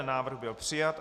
Návrh byl přijat.